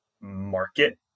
market